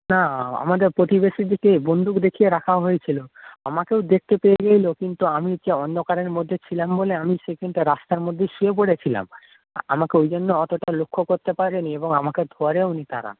না আমাদের প্রতিবেশীদেরকে বন্দুক দেখিয়ে রাখা হয়েছিল আমাকেও দেখতে পেয়ে গেল কিন্তু আমি যে অন্ধকারের মধ্যে ছিলাম বলে আমি সেখানটায় রাস্তার মধ্যেই শুয়ে পড়েছিলাম আমাকে ওই জন্য অতটা লক্ষ্য করতে পারেনি এবং আমাকে ধরেওনি তারা